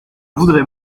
voudrais